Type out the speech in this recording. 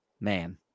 man